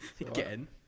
Again